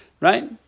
right